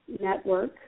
network